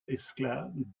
esclave